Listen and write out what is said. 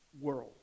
world